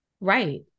Right